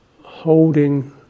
holding